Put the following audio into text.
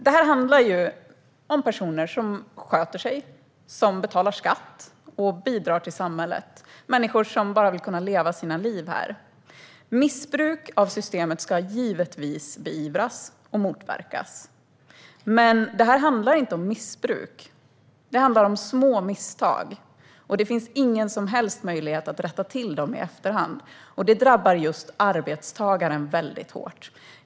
Det handlar om personer som sköter sig, betalar skatt och bidrar till samhället, människor som bara vill kunna leva sina liv här. Missbruk av systemet ska givetvis beivras och motverkas, men detta handlar inte om missbruk. Det handlar om små misstag, och det finns ingen som helst möjlighet att rätta till dem i efterhand. Detta drabbar just arbetstagaren väldigt hårt.